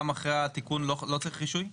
גם אחרי התיקון לא צריך רישוי?